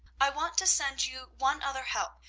i want to send you one other help,